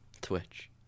Twitch